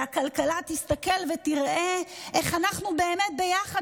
והכלכלה תסתכל ותראה איך אנחנו באמת ביחד,